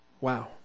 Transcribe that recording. Wow